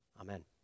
Amen